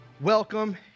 welcome